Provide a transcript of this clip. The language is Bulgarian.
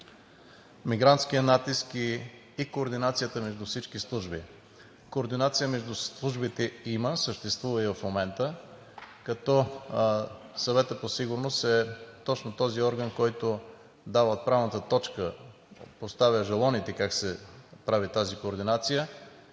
мигрантския натиск, и координацията между всички служби. Координация между службите има, съществува и в момента, като Съветът по сигурност е точно този орган, който дава отправната точка, поставя жалоните как се прави тази координация.